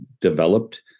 developed